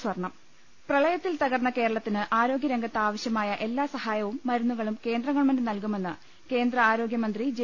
സ്വർണ്ണം പ്രളയത്തിൽ തകർന്ന കേരളത്തിന് ആരോഗ്യ രംഗത്ത് ആവശ്യമായ എല്ലാ സഹായവും മരുന്നുകളും കേന്ദ്രഗവൺമെന്റ് നൽകുമെന്ന് കേന്ദ്ര ആരോഗൃമന്ത്രി ജെ